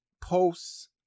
posts